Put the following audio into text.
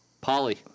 Polly